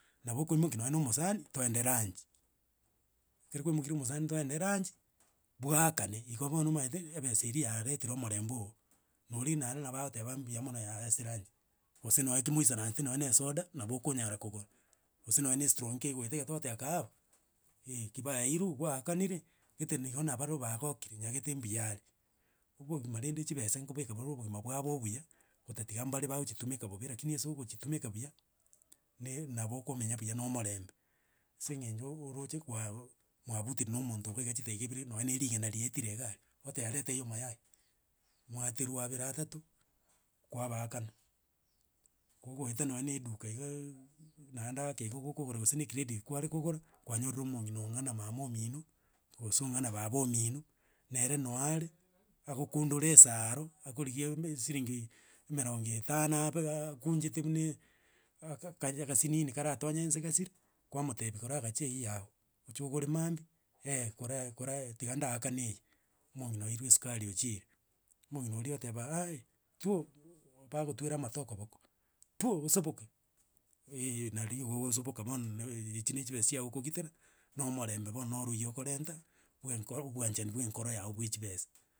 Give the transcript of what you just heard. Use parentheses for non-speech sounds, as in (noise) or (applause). Nabo okoimoki nonya na omosani toende lunch, ekero kwaimokirie omosani twende lunch, bwakane, igo bono omaete, ebese eria yaretire omorembe oo. Na oria na ere nabo agoteba mbuya mono yaaye ase elunchi. Gose noe kimoisaransete nonya na esoda, nabo okonyara kogora, gose nonye estrong'i kegoeta iga togoteba kae abwo eh kibaiirwe, gwaakanire, gete nigo nabarobwo bagokire, nyagete mbuyare. Obogima rende chibesa nkobeka bore obogima bwaba obuya otatiga mbare bagochitumeka bobe, rakini ase ogochitumeka buya, ne nabo okomenya buya na omorembe, ase eng'encho, ooroche kwaa mwabutire na omonto. iga iga chidaeka ibere, nonya na erigena riaetire iga aria, oteba reta hiyo mayai, mwaaterwa abere atato, kwabaakana. Kogoeta nonya na eduka igaaaa, naende ake iga gokogora gose na ecredit kware kogora, kwanyorire omong'ina ong'ana mama omino, gose ong'ana baba omino, nere noare, agokundere esaaro, akorigia e- mbe siringi emerongo etano abe akunjete bunaaa aka ka agasinini karatonye nse gasire, kwamotebia kora gacha eywo yago, oche ogore maambia, eh kora kora tiga ndaakana eye. Omong'ina oirwe esukari ochiire, omong'ina oria oteba aiiii, ptwooo bbbagotwera amate okoboko, ptwo osaboke, (hesitation) nari ogosoboka bono naaa echi na chibesa chiago okogitera, na omorombe bono nooro oywo okorenta, bwa enkoro obwanchani bwa enkoro yago bwa echibesa.